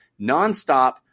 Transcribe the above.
nonstop